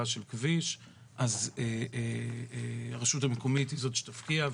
של כביש אז הרשות המקומית היא זאת שתפקיע.